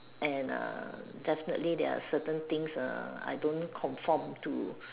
and err definitely there are certain things err I don't conform to